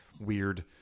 Weird